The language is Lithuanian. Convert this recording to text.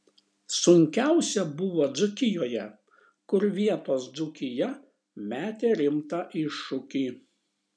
sunkiausia buvo dzūkijoje kur vietos dzūkija metė rimtą iššūkį